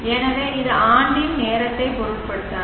எனவே இது ஆண்டின் நேரத்தைப் பொருட்படுத்தாது